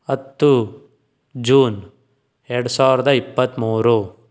ಹತ್ತು ಜೂನ್ ಎರಡು ಸಾವಿರದ ಇಪ್ಪತ್ತ್ಮೂರು